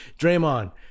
Draymond